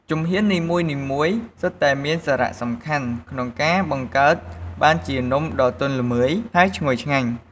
ជំហាននីមួយៗសុទ្ធតែមានសារៈសំខាន់ក្នុងការបង្កើតបានជានំដ៏ទន់ល្មើយ ហើយឈ្ងុយឆ្ងាញ់។